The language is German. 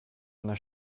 einer